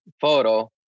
photo